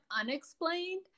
unexplained